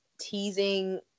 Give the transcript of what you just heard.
teasing